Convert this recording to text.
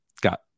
got